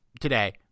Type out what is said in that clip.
today